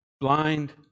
blind